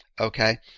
Okay